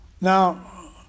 Now